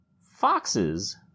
Foxes